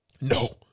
No